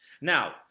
now